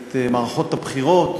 את מערכות הבחירות,